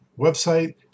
website